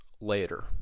later